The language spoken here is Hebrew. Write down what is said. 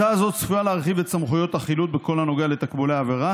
הצעה זאת צפויה להרחיב את סמכויות החילוט בכל הנוגע לתקבולי עבירה